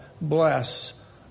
bless